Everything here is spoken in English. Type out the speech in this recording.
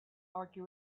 argue